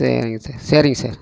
சரிங்க சார் சரிங்க சார்